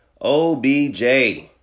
OBJ